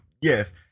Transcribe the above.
Yes